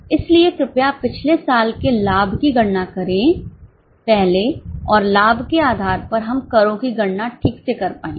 इसलिए कृपया पिछले साल के लाभ की गणना पहले करें और लाभ के आधार पर हम करों की गणना ठीक से कर पाएंगे